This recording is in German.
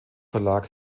verlag